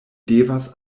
devas